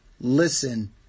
Listen